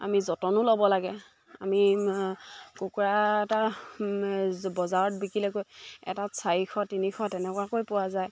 আমি যতনো ল'ব লাগে আমি কুকুৰা এটা বজাৰত বিকিলেগৈ এটাত চাৰিশ তিনিশ তেনেকুৱাকৈ পোৱা যায়